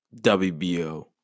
WBO